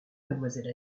mademoiselle